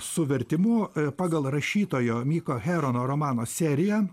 su vertimu pagal rašytojo miko herono romano seriją